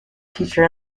teacher